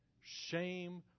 shame